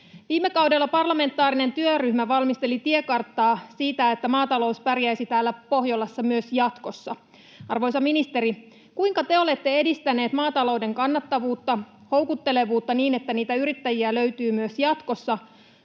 Viime kaudella parlamentaarinen työryhmä valmisteli tiekarttaa siitä, että maatalous pärjäisi täällä Pohjolassa myös jatkossa. Arvoisa ministeri, kuinka te olette edistäneet maatalouden kannattavuutta, houkuttelevuutta, niin että niitä yrittäjiä löytyy myös jatkossa?